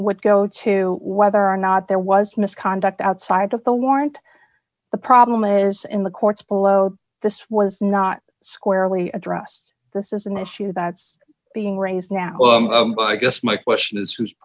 what go to whether or not there was misconduct outside of the warrant the problem is in the courts below this was not squarely addressed this is an issue that's being raised now but i guess my question is who's